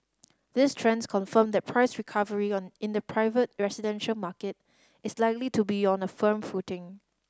these trends confirm that price recovery in the private residential market is likely to be on a firm footing